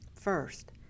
First